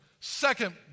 Second